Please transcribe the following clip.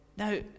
Now